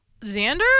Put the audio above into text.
Xander